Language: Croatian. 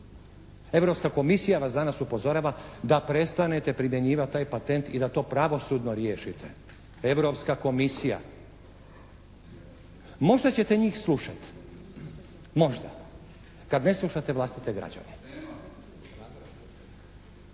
Europska komisija vas danas upozorava da prestanete primjenjivati taj patent i da to pravosudno riješite, Europska komisija. Možda ćete njih slušati! Možda kad ne slušate vlastite građane.